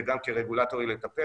וגם כרגולטורים לטפל.